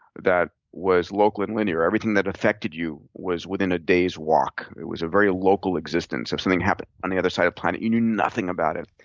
that was local and linear. everything that affected you was within a day's walk. it was a very local existence. if something happened on the other side of the planet, you knew nothing about it.